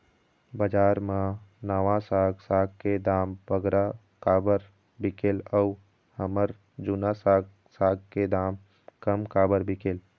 बजार मा नावा साग साग के दाम बगरा काबर बिकेल अऊ हमर जूना साग साग के दाम कम काबर बिकेल?